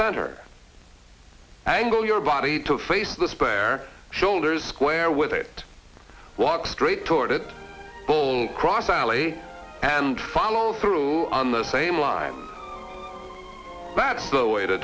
center angle your body to face the spare shoulders square with it walk straight toward it full cross alley and follow through on the same line that is the way to